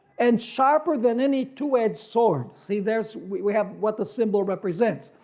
and sharper than any two-edged sword, see theirs we have what the symbol represents,